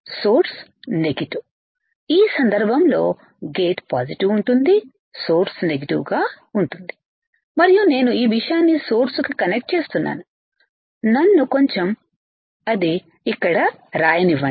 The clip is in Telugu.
సోర్స్ నెగటివ్ ఈ సందర్భంలో గేటు పాజిటివ్ ఉంటుంది సోర్స్ నెగిటివ్ గా ఉంటుంది మరియు నేను ఈ విషయాన్ని సోర్సు కు కనెక్ట్ చేస్తున్నాను నన్ను కొంచెం అది ఇక్కడ రాయనివ్వండి